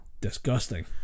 disgusting